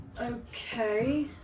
Okay